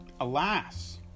Alas